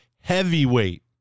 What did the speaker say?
heavyweight